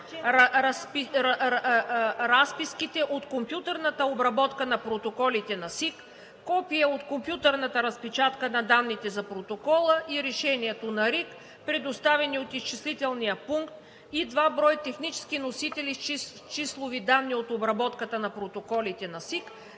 разписките от компютърната обработка на протоколите на СИК, копие от компютърната разпечатка на данните за протокола и решението на РИК, предоставени от изчислителния пункт, и два броя технически носители с числови данни от обработката на протоколите на СИК,